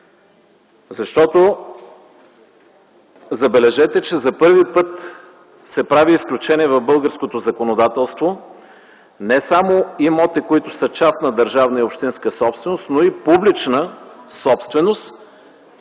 Забележете, че за първи път се прави изключение в българското законодателство – не само имоти, които са частна държавна и общинска собственост, но и публична собственост,